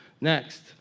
Next